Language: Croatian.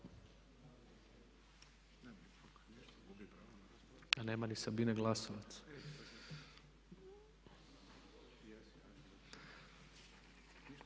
a nema ni Sabine Glasovac.